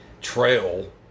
trail